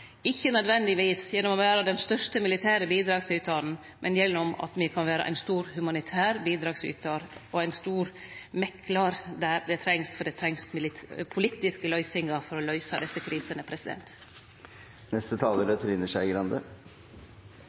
ikkje nødvendigvis gjennom å vere den største militære bidragsytaren, men gjennom at me kan vere ein stor humanitær bidragsytar og ein stor meklar der det trengst, for det trengst politiske løysingar for å løyse desse krisene.